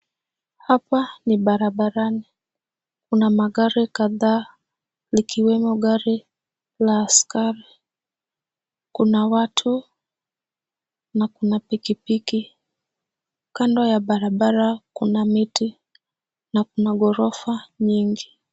Hapa ni barabarani, kuna magari kadhaa likiwemo gari la askari. Kuna watu na kuna pikipiki. Kando ya barabara kuna miti na kuna gorofa nyingi.